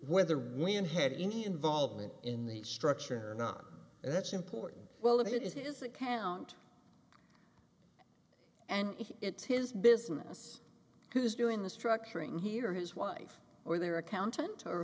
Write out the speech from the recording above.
whether women had any involvement in the structure or not and that's important well that it is his account and if it's his business who's doing the structuring he or his wife or their accountant